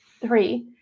three